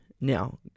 Now